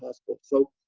hospital. so